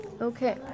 Okay